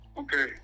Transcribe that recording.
Okay